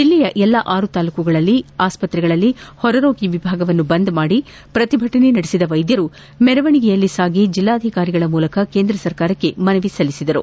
ಜಿಲ್ಲೆಯ ಎಲ್ಲಾ ಆರು ತಾಲೂಕುಗಳಲ್ಲಿ ಆಸ್ವತ್ರೆಗಳಲ್ಲಿ ಹೊರರೋಗಿ ವಿಭಾಗವನ್ನು ಬಂದ್ ಮಾಡಿ ಪ್ರತಿಭಟನೆ ನಡೆಬಿದ ವೈದ್ಯರು ಮೆರವಣಿಗೆಯಲ್ಲಿ ಸಾಗಿ ಜಿಲ್ಲಾಧಿಕಾರಿಗಳ ಮೂಲಕ ಕೇಂದ್ರ ಸರ್ಕಾರಕ್ಕೆ ಮನವಿ ಸಲ್ಲಿಸಿದರು